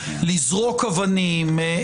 לזרוק אבנים,